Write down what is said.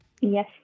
Yes